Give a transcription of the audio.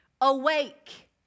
Awake